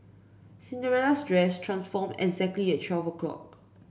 Cinderella's dress transformed exactly at twelve o'clock